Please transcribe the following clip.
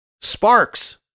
Sparks